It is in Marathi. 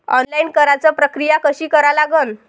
ऑनलाईन कराच प्रक्रिया कशी करा लागन?